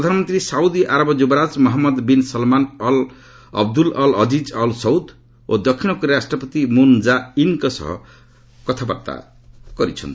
ପ୍ରଧାନମନ୍ତ୍ରୀ Saudi Arab ଯୁବରାଜ Mohammed bin Salman Abdulaziz Al Saud ଓ ଦକ୍ଷିଣ କୋରିଆ ରାଷ୍ଟ୍ରପତି ମୁନ୍ କାଏ ଇନ୍ଙ୍କ ସହ ମଧ୍ୟ କଥାବାର୍ତ୍ତା କରିଛନ୍ତି